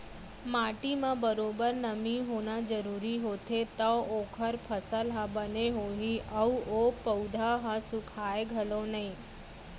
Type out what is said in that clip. माटी म बरोबर नमी होना जरूरी होथे तव ओकर फसल ह बने होही अउ ओ पउधा ह सुखाय घलौ नई